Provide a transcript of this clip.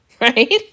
right